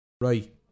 Right